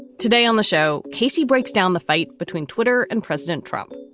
today on the show, casey breaks down the fight between twitter and president trump.